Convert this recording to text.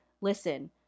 listen